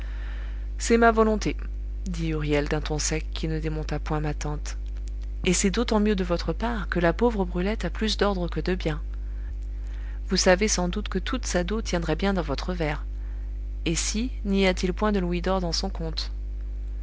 c'est ma volonté dit huriel d'un ton sec qui ne démonta point ma tante et c'est d'autant mieux de votre part que la pauvre brulette a plus d'ordre que de bien vous savez sans doute que toute sa dot tiendrait bien dans votre verre et si n'y a-t-il point de louis d'or dans son compte